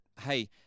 hey